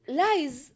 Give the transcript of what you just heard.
lies